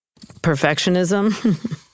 perfectionism